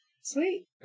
Sweet